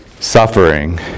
suffering